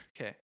Okay